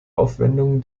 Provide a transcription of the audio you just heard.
aufwendungen